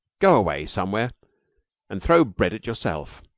go away somewhere and throw bread at yourself,